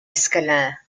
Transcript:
escalada